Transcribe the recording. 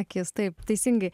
akis taip teisingai